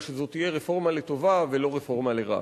אבל שזו תהיה רפורמה לטובה ולא רפורמה לרעה.